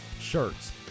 Shirts